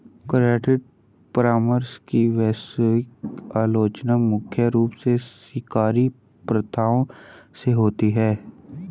credit परामर्श की वैश्विक आलोचना मुख्य रूप से शिकारी प्रथाओं से होती है